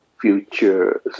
future